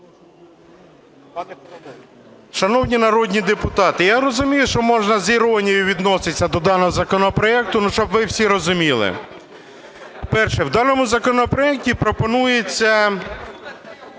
Шановні народні депутати, я розумію, що можна з іронією відноситися до даного законопроекту, но щоб ви всі розуміли. Перше. У даному законопроекті пропонується